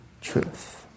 truth